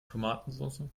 tomatensoße